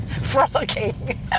Frolicking